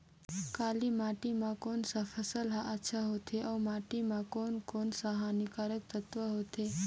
काली माटी मां कोन सा फसल ह अच्छा होथे अउर माटी म कोन कोन स हानिकारक तत्व होथे?